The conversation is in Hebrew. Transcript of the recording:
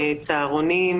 צהרונים,